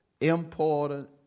important